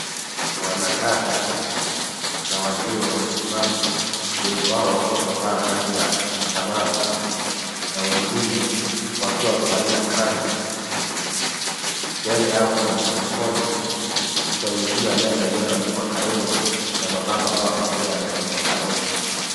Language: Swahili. Wanadada na wazee wamesimama wengi wao wakiwa wamevaa rangi ya samawi na wengine wakiwa wamevalia kanzu. Mbele yao kuna maikrofoni kwenye juu ya meza ambayo imeyoandikwa Kalonzo na mabango ambayo wamebeba yameandikwa Kalonzo.